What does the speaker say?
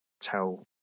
tell